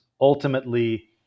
ultimately